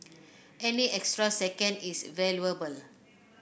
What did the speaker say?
any extra second is valuable